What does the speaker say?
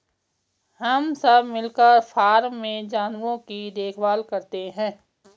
हम सब मिलकर फॉर्म के जानवरों की देखभाल करते हैं